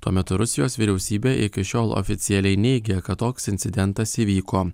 tuo metu rusijos vyriausybė iki šiol oficialiai neigia kad toks incidentas įvyko